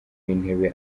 w’intebe